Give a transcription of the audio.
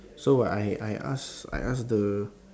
so I i ask I ask the